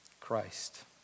Christ